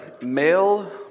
male